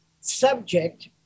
subject